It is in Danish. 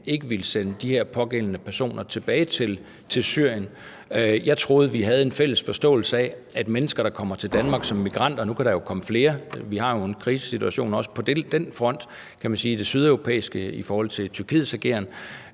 ikke ville sende de her pågældende personer tilbage til Syrien. Jeg troede, vi havde en fælles forståelse af, at mennesker, der kommer til Danmark som migranter – nu kan der jo komme flere, for vi har jo en krisesituation også på den front, kan man sige, angående det sydeuropæiske i forhold til Tyrkiets ageren